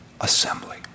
assembly